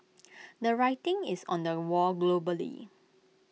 the writing is on the wall globally